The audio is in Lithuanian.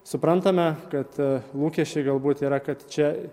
suprantame kad lūkesčiai galbūt yra kad čia